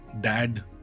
Dad